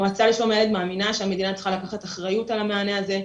המועצה לשלום הילד מאמינה שהמדינה צריכה לקחת אחריות על המענה הזה,